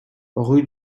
rue